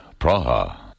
Praha